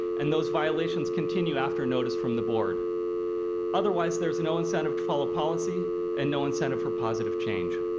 and those violations continue after notice from the board otherwise there is no incentive to follow policy and no incentive for positive change.